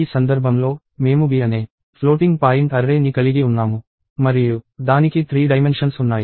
ఈ సందర్భంలో మేము B అనే ఫ్లోటింగ్ పాయింట్ అర్రే ని కలిగి ఉన్నాము మరియు దానికి 3 డైమెన్షన్స్ ఉన్నాయి